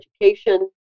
education